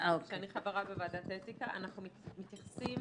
שאני חברה בוועדת האתיקה, אנחנו מתייחסים